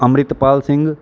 Amritpal Singh